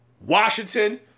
Washington